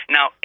Now